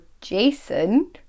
Jason